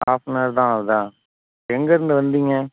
half an hour தான் ஆகுதா எங்கேருந்து வந்தீங்க